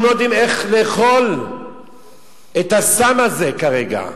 שהם לא יודעים איך לאכול את הסם הזה כרגע.